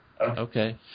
Okay